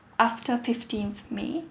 after fifteenth may